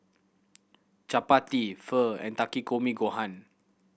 Chapati Pho and Takikomi Gohan